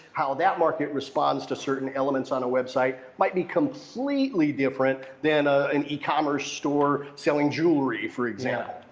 how that market responds to certain elements on a website might be completely different than ah an e-commerce store selling jewelry, for example.